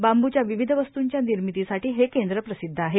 बांबूच्या विविध वस्तूंच्या निर्मितीसाठी हे केंद्र प्रसिदध आहेत